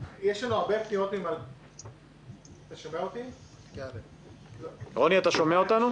רוני, אתה שומע אותנו?